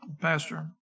Pastor